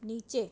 نیچے